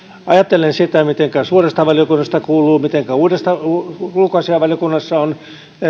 ajattelen sitä mitenkä suuresta valiokunnasta kuuluu mitenkä ulkoasiainvaliokunnassa on